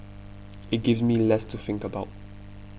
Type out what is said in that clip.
it gives me less to think about